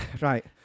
right